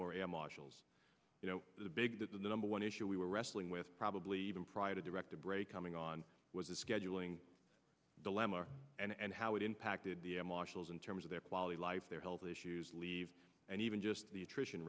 more air marshals you know the big that the number one issue we were wrestling with probably even prior to director break coming on was the scheduling dilemma and how it impacted the air marshals in terms of their quality life their health issues leave and even just the attrition